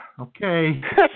okay